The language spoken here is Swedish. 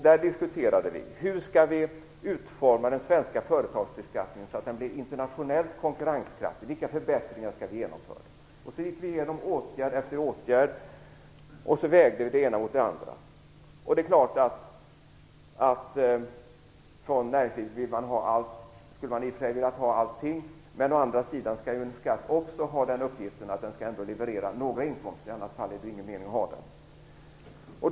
Där diskuterade vi hur vi skall utforma den svenska företagsbeskattningen så att den blir internationellt konkurrenskraftig och vilka förändringar vi skall genomföra. Vi gick igenom åtgärd efter åtgärd och vägde dem mot varandra. Det är klart att från näringslivets sida vill man ha allting. En skatt skall dock också ha den uppgiften att leverera några inkomster, annars är det ingen mening med den.